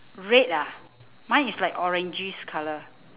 red ah mine is like orangey colour